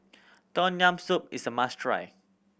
Tom Yam Soup is a must try